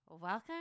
Welcome